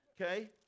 Okay